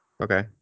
okay